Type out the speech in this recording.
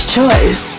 choice